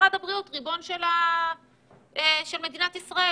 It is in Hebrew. משרד הבריאות כריבון של מדינת ישראל.